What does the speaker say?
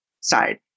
side